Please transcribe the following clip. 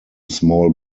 small